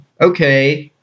okay